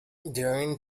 during